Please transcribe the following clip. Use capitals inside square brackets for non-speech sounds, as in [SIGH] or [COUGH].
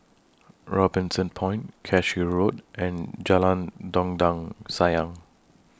[NOISE] Robinson Point Cashew Road and Jalan Dondang Sayang